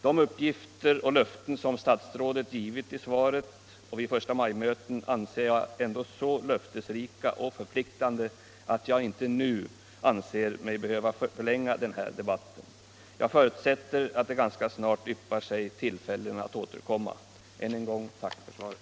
De uppgifter och löften som statsrådet givit i svaret och vid förstamajmöten anser jag så löftesrika och förpliktande att jag inte nu anser mig behöva förlänga den här debatten. Jag förutsätter att det ganska snart yppar sig tillfälle att återkomma. Än en gång tack för svaret.